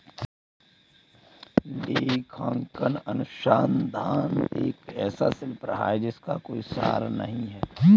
लेखांकन अनुसंधान एक ऐसा शिल्प रहा है जिसका कोई सार नहीं हैं